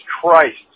Christ